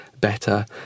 better